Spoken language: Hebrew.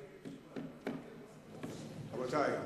בבקשה.